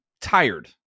tired